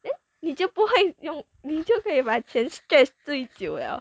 then 你就不会用你就可以把钱 stretch 最久了 jiu le